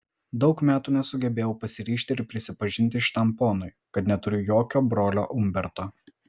daug metų nesugebėjau pasiryžti ir prisipažinti šitam ponui kad neturiu jokio brolio umberto